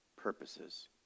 purposes